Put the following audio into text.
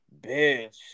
Bitch